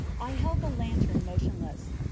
i held the lantern motionless.